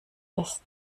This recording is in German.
ist